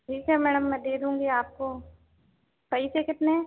ठीक है मैडम मैं दे दूँगी आपको पैसे कितने